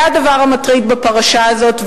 זה הדבר המטריד בפרשה הזאת,